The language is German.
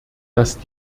dass